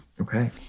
Okay